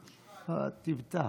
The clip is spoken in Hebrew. תפתח.